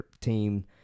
team